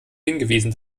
hingewiesen